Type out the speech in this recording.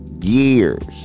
years